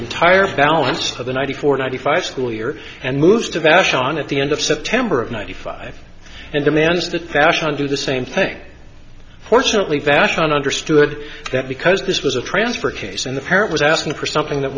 entire balance of the ninety four ninety five school year and moved to bash on at the end of september of ninety five and demands that passion do the same thing fortunately vashon understood that because this was a transfer case and the parent was asking for something that